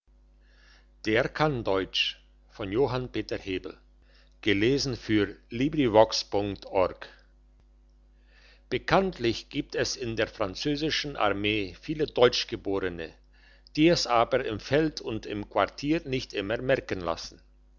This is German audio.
der kann deutsch bekanntlich gibt es in der französischen armee viele deutschgeborene die es aber im feld und im quartier nicht immer merken lassen